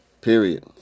Period